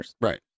Right